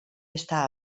está